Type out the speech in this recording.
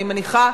אני מניחה,